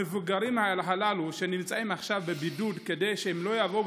המבוגרים הללו שנמצאים עכשיו בבידוד כדי שלא יבואו